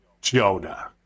Jonah